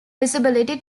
visibility